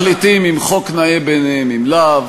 הם מחליטים אם חוק נאה בעיניהם אם לאו,